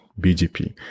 BGP